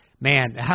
man